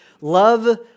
Love